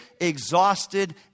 exhausted